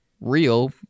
real